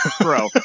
bro